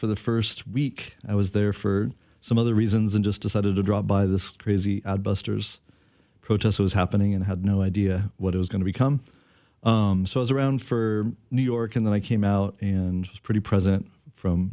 for the first week i was there for some other reasons and just decided to drop by this crazy busters protest was happening and i had no idea what it was going to become so is around for new york and then i came out and was pretty present from